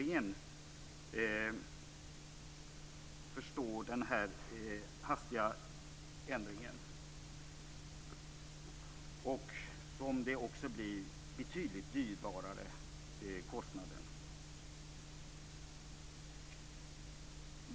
Kostnaden blir betydligt dyrbarare.